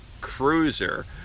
cruiser